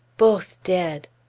both dead!